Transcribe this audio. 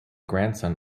grandson